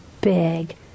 big